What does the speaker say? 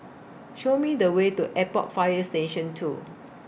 Show Me The Way to Airport Fire Station two